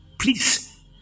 Please